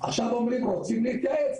עכשיו אומרים רוצים להתייעץ.